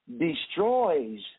destroys